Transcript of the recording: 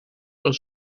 van